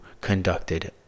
conducted